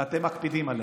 אתם מקפידים עליה,